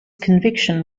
conviction